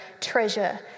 treasure